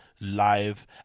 live